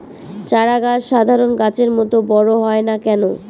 চারা গাছ সাধারণ গাছের মত বড় হয় না কেনো?